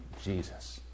Jesus